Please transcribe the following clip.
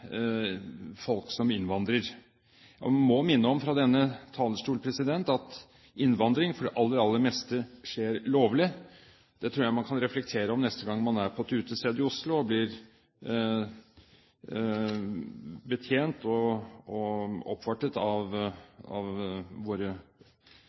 folk som innvandrer. Jeg må fra denne talerstol minne om at innvandring for det aller, aller meste skjer lovlig. Det tror jeg man kan reflektere over neste gang man er på et utested i Oslo, og blir betjent og oppvartet av våre svenske naboer. Jeg registrerer at av